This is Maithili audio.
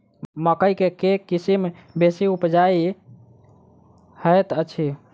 मकई केँ के किसिम बेसी उपजाउ हएत अछि?